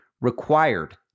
required